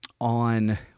on